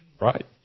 right